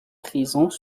présents